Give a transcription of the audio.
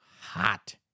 hot